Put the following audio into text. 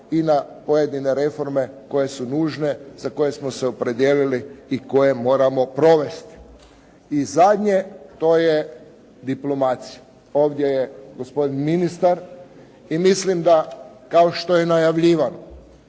i na pojedine reforme koje su nužne, za koje smo se opredijelili i koje moramo provesti. I zadnje, to je diplomacija. Ovdje je gospodin ministar i mislim da kao što je najavljivao